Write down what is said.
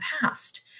past